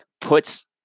puts